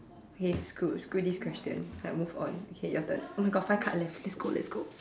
okay screw screw this question I move on okay your turn oh my God five card left let's go let's go